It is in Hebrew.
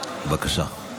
בבקשה.